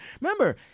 Remember